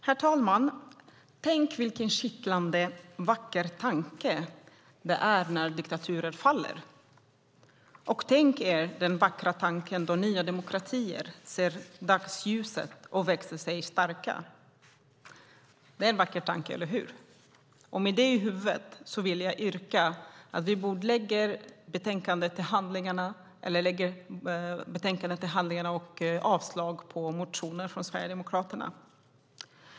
Herr talman! Tänk vilken kittlande vacker tanke det är att diktaturer faller. Tänk den vackra tanken att nya demokratier ser dagens ljus och växer sig starka. Det är en vacker tanke, eller hur? Med den i huvudet vill jag yrka på att vi lägger betänkandet till handlingarna och avslår motionen från Sverigedemokraterna.